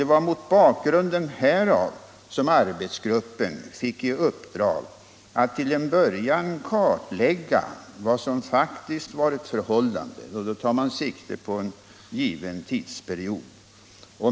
Det var mot bakgrunden härav som arbetsgruppen fick i uppdrag att till en början kartlägga vad som faktiskt varit förhållandet med sikte på en given tidsperiod.